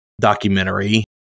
documentary